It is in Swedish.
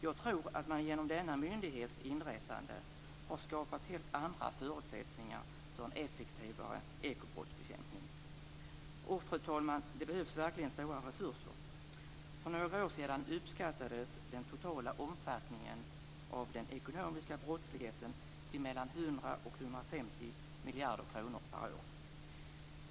Jag tror att man genom denna myndighets inrättande har skapat helt andra förutsättningar för en effektivare ekobrottsbekämpning. Och, fru talman, det behövs verkligen stora resurser. För några år sedan uppskattades den totala omfattningen av den ekonomiska brottsligheten till 100 150 miljarder kronor per år.